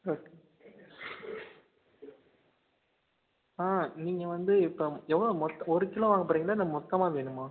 okay ஆ நீங்கள் வந்து இப்போ எவ்வளோ மொத்தம் ஒரு கிலோ வாங்கப்போகறீங்களா இல்லை மொத்தமாக வேணுமா